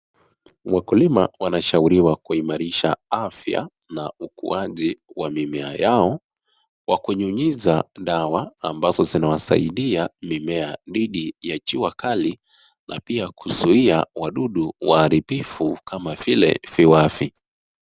Wakulima wanashauriwa kuimarisha afya na ukuaji wa mimea yao kwa kunyunyiza dawa ambazo zinawasaidia mimea dhidi ya jua kali na pia kuzuia wadudu waharibifu kama vile viwavi.